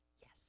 yes